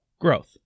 growth